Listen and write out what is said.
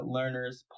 Learners